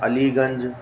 Aliganj